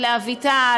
אביטל,